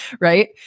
Right